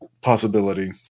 possibility